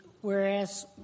whereas